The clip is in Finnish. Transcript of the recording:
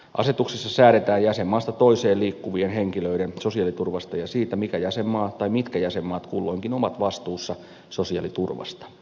asetuksessa säädetään jäsenmaasta toiseen liikkuvien henkilöiden sosiaaliturvasta ja siitä mikä jäsenmaa on tai mitkä jäsenmaat kulloinkin ovat vastuussa sosiaaliturvasta